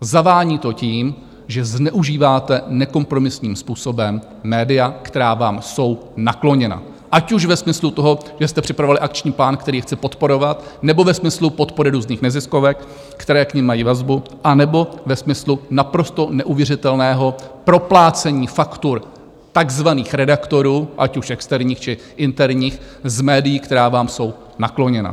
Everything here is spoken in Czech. Zavání to tím, že zneužíváte nekompromisním způsobem média, která vám jsou nakloněna, ať už ve smyslu toho, že jste připravovali akční plán, který je chce podporovat, nebo ve smyslu podpory různých neziskovek, které k nim mají vazbu, anebo ve smyslu naprosto neuvěřitelného proplácení faktur takzvaných redaktorů, ať už externích, či interních, z médií, která vám jsou nakloněna.